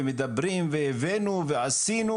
מדברים והבאנו ועשינו,